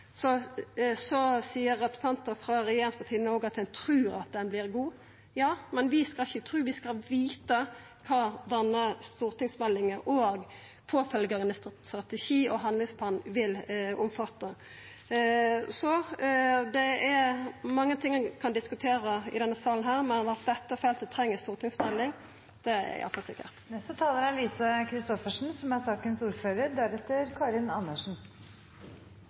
Så seier representantar frå regjeringspartia òg at ein trur at den vert god. Ja, men vi skal ikkje tru, vi skal vita kva denne stortingsmeldinga – og påfølgjande strategi og handlingsplan – vil omfatta. Det er mange ting ein kan diskutera i denne salen, men at dette feltet treng ei stortingsmelding, er iallfall sikkert. Bare et par kommentarer til ting som har vært sagt: Representanten Søttar understreket behovet for at vi nå kommer videre. Det